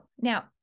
Now